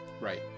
right